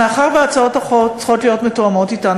מאחר שהצעות החוק צריכות להיות מתואמות אתנו,